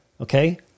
okay